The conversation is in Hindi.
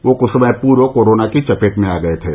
वह कृछ समय पूर्व कोरोना की चपेट में आ गये थे